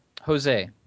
Jose